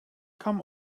come